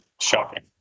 Shocking